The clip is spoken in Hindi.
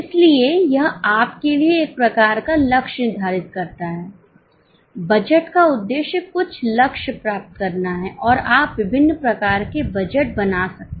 इसलिए यह आपके लिए एक प्रकार का लक्ष्य निर्धारित करता है बजट का उद्देश्य कुछ लक्ष्य प्राप्त करना है और आप विभिन्न प्रकार के बजट बना सकते हैं